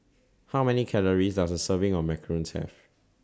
How Many Calories Does A Serving of Macarons Have